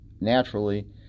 naturally